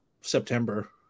September